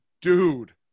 dude